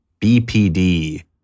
BPD